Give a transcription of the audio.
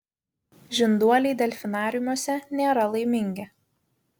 žinduoliai delfinariumuose nėra laimingi